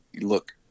look